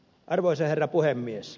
arvoisa herra puhemies